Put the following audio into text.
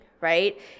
right